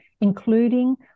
including